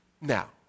Now